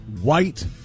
white